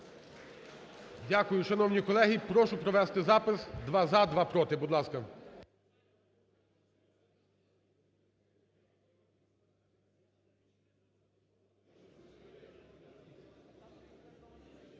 Дякую. Шановні колеги, прошу провести запис: два – за, два – проти, будь ласка.